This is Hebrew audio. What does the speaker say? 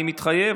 אני מתחייב.